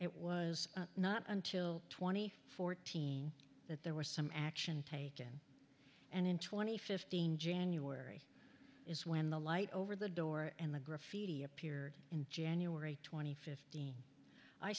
it was not until twenty fourteen that there were some action taken and in twenty fifteen january is when the light over the door and the graffiti appeared in january twenty fift